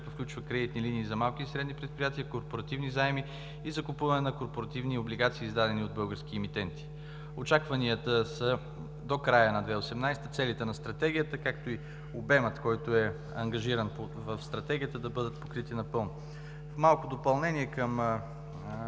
включва кредитни линии за малки и средни предприятия, корпоративни заеми и закупуване на корпоративни облигации, издадени от български емитенти. Очакванията са до края на 2018 г. – целите на стратегията, както и обемът, който е ангажиран в стратегията, да бъдат покрити напълно. Малко допълнение към